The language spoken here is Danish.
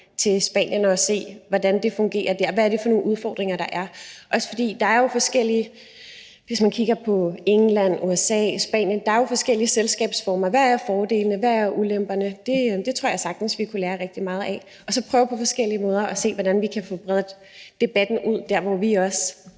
til Spanien og se, hvordan det fungerer der, og hvad det er for nogle udfordringer, der er, også fordi der jo er forskellige selskabsformer, hvis man kigger på England, USA, Spanien, og der kunne man se på: Hvad er fordelene, og hvad er ulemperne? Det tror jeg godt vi kunne lære rigtig meget af. Og så kunne vi prøve på forskellige måder at se, hvordan vi kunne få bredt debatten ud og få